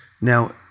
now